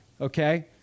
okay